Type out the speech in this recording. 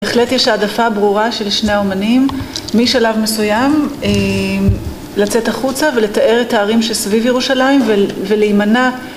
בהחלט יש העדפה ברורה של שני האומנים משלב מסוים לצאת החוצה ולתאר את הערים שסביב ירושלים ולהימנע